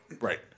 Right